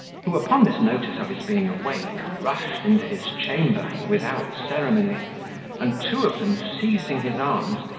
who, upon this notice of his being awake, rushed into his chamber, without ceremony and two of them seizing his arms,